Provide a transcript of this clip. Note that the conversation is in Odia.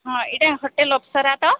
ହଁ ଏଇଟା ହୋଟେଲ୍ ଅପସରା ତ